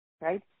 right